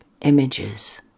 images